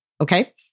Okay